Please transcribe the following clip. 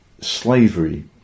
slavery